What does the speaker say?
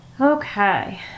Okay